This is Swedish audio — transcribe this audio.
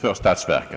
för statsverket.